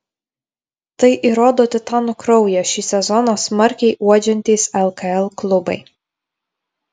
tai įrodo titanų kraują šį sezoną smarkiai uodžiantys lkl klubai